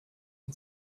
and